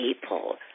People